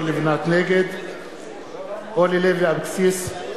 נגד אורלי לוי אבקסיס,